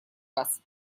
вас